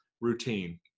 routine